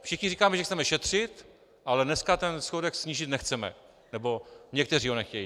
Všichni říkáme, že chceme šetřit, ale dneska ten schodek snížit nechceme, nebo někteří nechtějí.